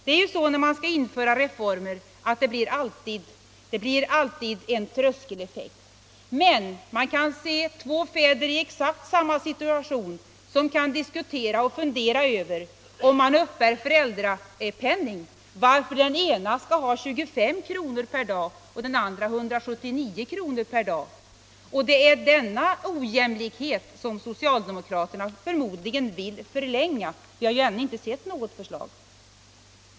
Det är ju så, när man skall införa reformer, att det alltid blir en tröskeleffekt. Men man kan se två fäder i exakt samma situation fundera över —- om de uppbär föräldrapenning — varför den ene skall ha 25 kr. per dag och den andre 179 kr. per dag. Det är denna ojämlikhet som socialdemokraterna förmodligen vill förlänga — vi har ju ännu inte sett något förslag.